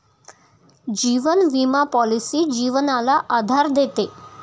जीवन विमा पॉलिसी जीवनाला आधार देते